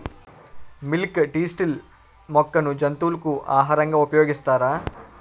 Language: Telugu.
మిల్క్ తిస్టిల్ మొక్కను జంతువులకు ఆహారంగా ఉపయోగిస్తారా?